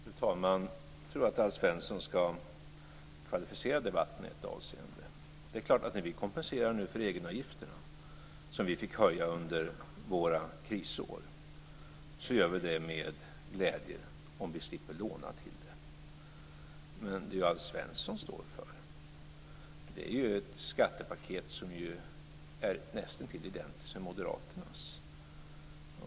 Fru talman! Jag tror att Alf Svensson ska kvalificera debatten i ett avseende. När vi nu kompenserar för egenavgifterna, som vi fick höja under våra krisår, är det klart att vi gör det med glädje om vi slipper låna till det. Men det Alf Svensson står för är ett skattepaket som nästintill är identiskt med moderaternas.